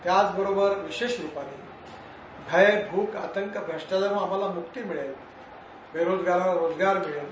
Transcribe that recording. त्याचबरोबर विशेष रूपाने भय भूक आतंक भ्रष्टाचारातून आम्हाला मुक्ती मिळेल बेरोजगारांना रोजगार मिळेल